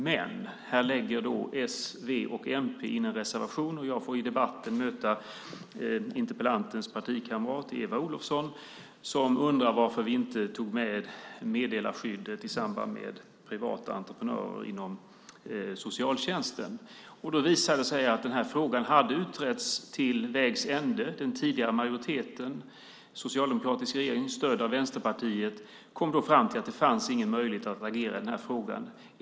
Men här lägger då s, v och mp in en reservation, och jag får i debatten möta Marianne Bergs partikamrat Eva Olofsson som undrar varför vi inte tog med meddelarskyddet i samband med privata entreprenörer inom socialtjänsten. Det visade sig att den frågan hade utretts till vägs ände. Den tidigare majoriteten, en socialdemokratisk regering stödd av Vänsterpartiet, kom då fram till att det inte fanns någon möjlighet att agera i frågan.